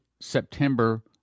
September